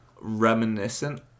reminiscent